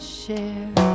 share